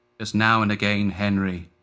just now and again, henry.